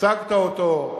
ייצגת אותו,